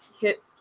hit –